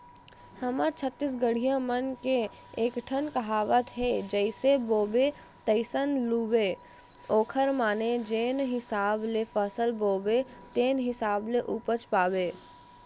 हमर छत्तीसगढ़िया मन के एकठन कहावत हे जइसे बोबे तइसने लूबे ओखर माने जेन हिसाब ले फसल बोबे तेन हिसाब ले उपज पाबे